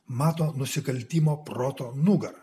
mato nusikaltimo proto nugarą